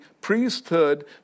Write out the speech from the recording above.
priesthood